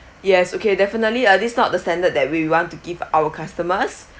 yes okay definitely ah this not the standard that we want to give our customers